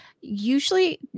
usually